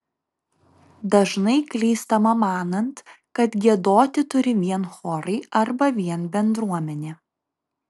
dažnai klystama manant kad giedoti turi vien chorai arba vien bendruomenė